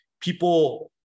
people